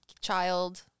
Child